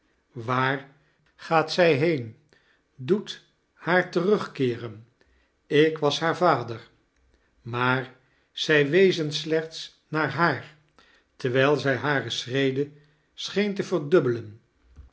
waar gaat zij heen doet haar terugkeeren ik was haar vader maar zij wezen siechts naar haar terwijl zij hare schreden soheen te verdubbeien